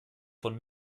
von